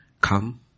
come